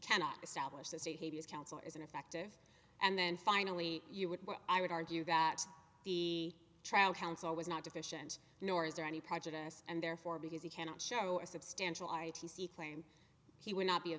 cannot establish to say he is counsel is ineffective and then finally you would i would argue that the trial counsel was not deficient nor is there any prejudice and therefore because he cannot show a substantial r t c claim he would not be a